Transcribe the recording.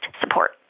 support